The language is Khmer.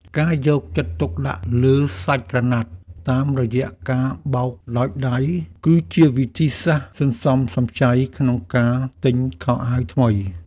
ការយកចិត្តទុកដាក់លើសាច់ក្រណាត់តាមរយៈការបោកដោយដៃ គឺជាវិធីសាស្ត្រសន្សំសំចៃក្នុងការទិញខោអាវថ្មី។